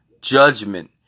judgment